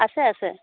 আছে আছে